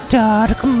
dark